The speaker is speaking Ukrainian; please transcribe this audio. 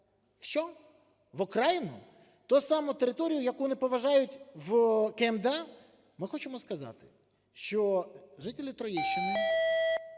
в що – в окраїну? В ту саму територію, яку не поважають в КМДА? Ми хочемо сказати, що жителі Троєщини